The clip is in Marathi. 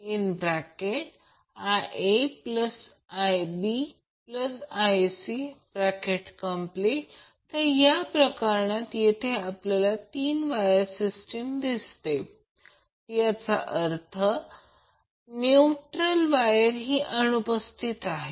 आता Ia VAN असेल येथे ते या आकृतीवर आहे फक्त जरा थांबा ही आकृती आपल्याला हे माहित आहे हे मी ते कॅपिटल AN चिन्हांकित केले आहे